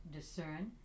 discern